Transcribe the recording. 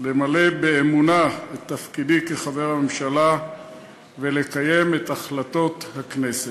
למלא באמונה את תפקידי כחבר הממשלה ולקיים את החלטות הכנסת.